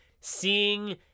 seeing